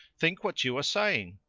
think what you are saying.